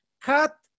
cut